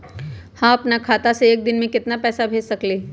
हम अपना खाता से एक दिन में केतना पैसा भेज सकेली?